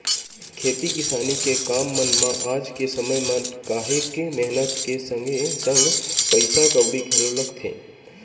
खेती किसानी के काम मन म आज के समे म काहेक मेहनत के संगे संग पइसा कउड़ी घलो लगथे